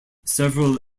several